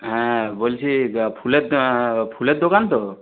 হ্যাঁ বলছি ফুলের ফুলের দোকান তো